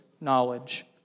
knowledge